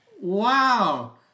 Wow